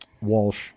walsh